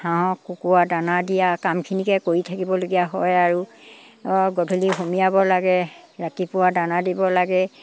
হাঁহক কুকুৰা দানা দিয়া কামখিনিকে কৰি থাকিবলগীয়া হয় আৰু গধূলি সোমোৱাব লাগে ৰাতিপুৱা দানা দিব লাগে